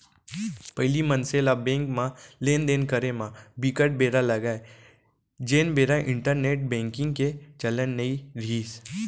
पहिली मनसे ल बेंक म लेन देन करे म बिकट बेरा लगय जेन बेरा इंटरनेंट बेंकिग के चलन नइ रिहिस